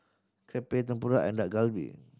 Crepe Tempura and Dak Galbi